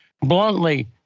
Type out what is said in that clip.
bluntly